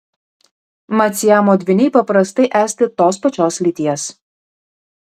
mat siamo dvyniai paprastai esti tos pačios lyties